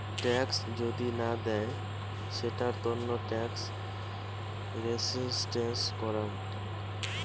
tax যদি না দেয় সেটার তন্ন ট্যাক্স রেসিস্টেন্স করাং